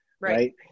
right